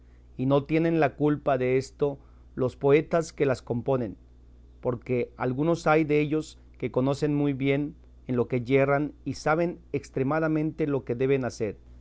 y no tienen la culpa desto los poetas que las componen porque algunos hay dellos que conocen muy bien en lo que yerran y saben estremadamente lo que deben hacer